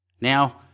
Now